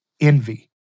envy